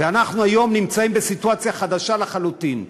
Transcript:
ואנחנו היום נמצאים בסיטואציה חדשה לחלוטין,